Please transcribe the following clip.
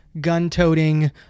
gun-toting